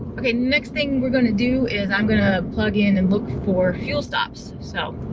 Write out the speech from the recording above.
okay, next thing we're going to do is i'm gonna plug in and look for fuel stops. so